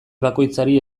bakoitzari